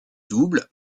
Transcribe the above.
double